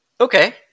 Okay